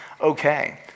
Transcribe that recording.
okay